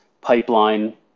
pipeline